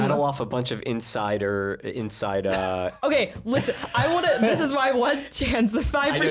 and off a bunch of insider inside, ah okay listen. i want a mess is my one chance the spiders